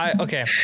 Okay